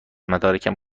مدارکم